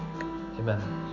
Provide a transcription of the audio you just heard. Amen